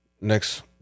next